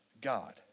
God